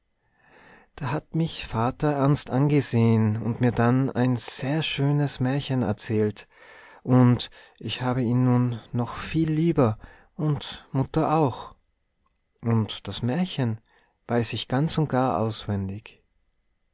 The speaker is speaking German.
da hat mich vater ernst angesehen und mir dann ein sehr schönes märchen erzählt und ich habe ihn nun noch viel lieber und mutter auch und das märchen weiß ich ganz und gar auswendig